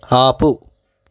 ఆపు